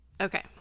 Okay